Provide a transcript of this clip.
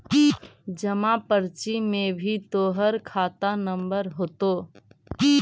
जमा पर्ची में भी तोहर खाता नंबर होतो